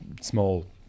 small